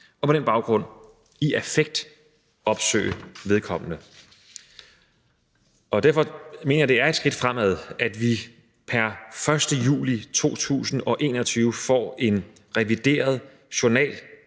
og på den baggrund i affekt opsøge vedkommende. Derfor mener jeg, at det er et skridt fremad, at vi får en revideret